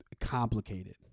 complicated